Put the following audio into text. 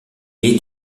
est